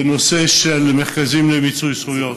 בנושא של מרכזים למיצוי זכויות,